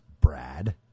Brad